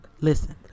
Listen